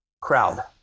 crowd